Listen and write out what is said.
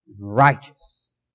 Righteous